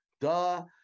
Duh